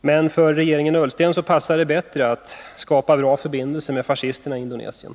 Men för Ola Ullstens regering passar det bättre att skapa bra förbindelser med fascisterna i Indonesien.